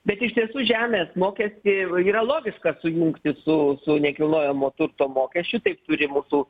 bet iš tiesų žemės mokestį ir yra logiška sujungti su nekilnojamo turto mokesčiu taip turi mūsų